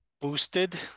boosted